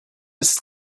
ist